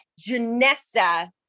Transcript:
Janessa